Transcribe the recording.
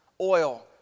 oil